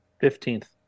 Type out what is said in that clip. Fifteenth